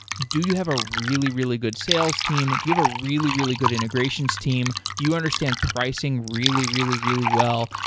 do you have a really, really good sales team? do you have a really, really good integrations team? do you understand pricing really, really, really well?